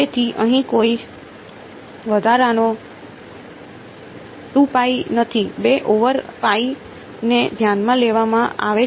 તેથી અહીં કોઈ વધારાનો નથી 2 ઓવર ને ધ્યાનમાં લેવામાં આવે છે